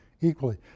Equally